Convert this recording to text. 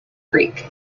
creek